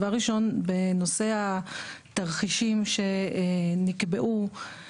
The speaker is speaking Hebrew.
דבר נוסף בנושא התרחישים שנקבעו,